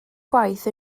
gwaith